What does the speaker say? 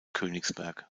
königsberg